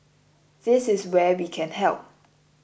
this is where we can help